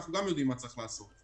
אנחנו יודעים מה צריך לעשות.